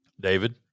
David